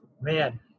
Man